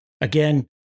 again